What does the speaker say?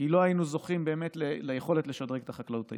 כי לא היינו זוכים באמת ליכולת לשדרג את החקלאות הישראלית,